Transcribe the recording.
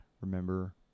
remember